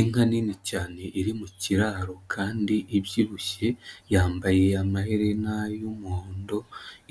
Inka nini cyane iri mu kiraro kandi ibyibushye, yambaye amaherena y'umuhondo,